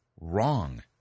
wrong